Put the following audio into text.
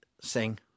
sing